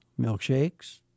milkshakes